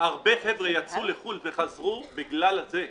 הרבה חבר'ה יצאו לחוץ לארץ וחזרו בגלל זה.